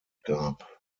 gab